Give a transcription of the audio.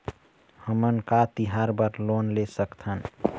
हमन का तिहार बर लोन ले सकथन?